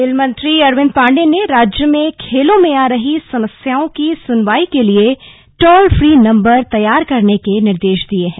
बैठक खेल मंत्री अरविन्द पाण्डेय ने राज्य में खेलों में आ रही समस्याओं की सुनवाई के लिये टोल फ्री नम्बर तैयार करने के निर्देश दिये हैं